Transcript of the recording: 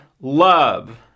Love